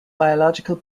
biological